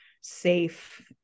safe